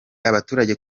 abaturage